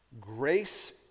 Grace